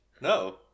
No